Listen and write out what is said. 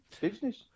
business